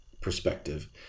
perspective